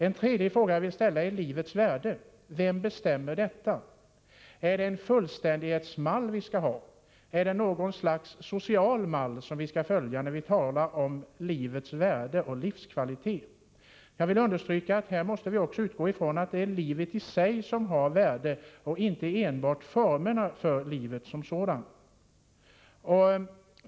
En tredje fråga jag vill ställa är vem som bestämmer livets värde. Är det en fullständighetsmall vi skall ha? Har vi någon sorts social mall när vi talar om livets värde och livskvalitet? Jag vill understryka att man måste utgå från att det är livet i sig som har värde och inte enbart formerna för livet.